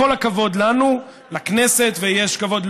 בכל הכבוד לנו, לכנסת, ויש כבוד.